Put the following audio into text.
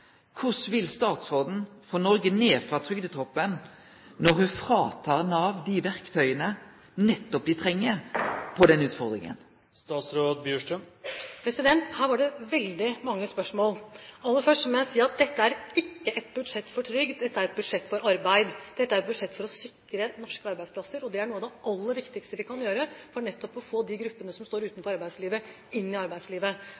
vil statsråden få Noreg ned frå trygdetoppen, når ho tek frå Nav dei verktøya dei nettopp treng i den utfordringa? Her var det veldig mange spørsmål. Aller først må jeg si at dette ikke er et budsjett for trygd, dette er et budsjett for arbeid. Dette er et budsjett for å sikre norske arbeidsplasser, og det er noe av det aller viktigste vi kan gjøre for nettopp å få de gruppene som står utenfor arbeidslivet,